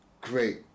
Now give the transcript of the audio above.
great